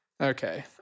Okay